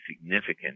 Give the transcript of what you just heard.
significant